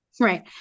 Right